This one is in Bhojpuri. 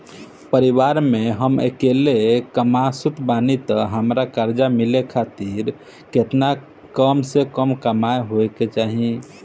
परिवार में हम अकेले कमासुत बानी त हमरा कर्जा मिले खातिर केतना कम से कम कमाई होए के चाही?